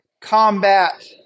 combat